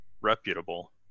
reputable